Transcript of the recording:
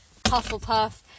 hufflepuff